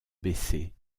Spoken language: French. baisser